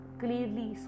clearly